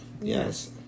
Yes